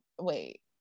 wait